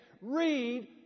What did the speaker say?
Read